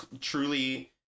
truly